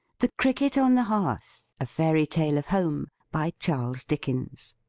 the cricket on the hearth. a fairy tale of home. by charles dickens.